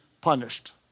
punished